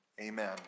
Amen